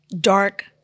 dark